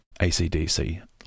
ACDC